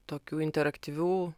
tokių interaktyvių